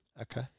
Okay